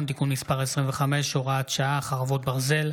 הגברת הסנקציות על ניכויים משכר עבודה בניגוד לדין),